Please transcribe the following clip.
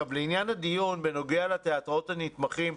לעניין הדיון, בנוגע לתיאטראות הפרטיים,